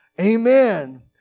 Amen